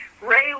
Ray